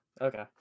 Okay